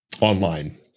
online